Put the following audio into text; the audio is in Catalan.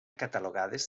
catalogades